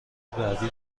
بعدی